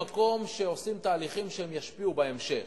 אנחנו נמצאים במקום שעושים תהליכים שישפיעו בהמשך.